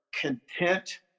content